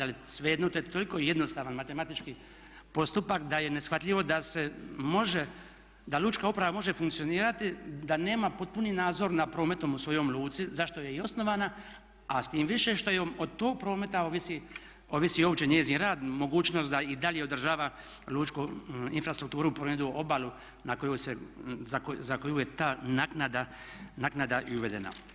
Ali svejedno to je toliko jednostavan matematički postupak da je neshvatljivo da se može da lučka uprava može funkcionirati da nema potpuni nadzor nad prometom u svojoj luci zašto je i osnovana, a tim više što je od tog prometa ovisi opće njezin rad, mogućnost da i dalje održava lučku infrastrukturu u prvom redu obalu na kojoj se, za koju je ta naknada i uvedena.